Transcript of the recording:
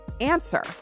answer